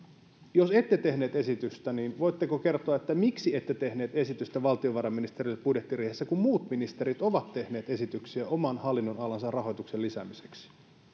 jos ette tehnyt esitystä niin voitteko kertoa miksi ette tehnyt esitystä valtiovarainministerille budjettiriihessä kun muut ministerit ovat tehneet esityksiä oman hallinnonalansa rahoituksen lisäämiseksi